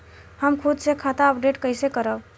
हम खुद से खाता अपडेट कइसे करब?